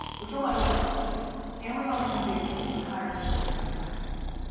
which oh by the way amazon and ebay built their entire businesses on the back of google.